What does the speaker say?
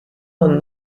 man